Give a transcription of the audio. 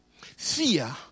Fear